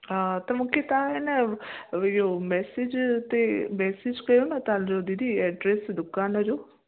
हा त मूंखे तव्हां ए न इहो मैसेज ते मैसेज कयो न तव्हांजो दीदी एड्रेस दुकानु जो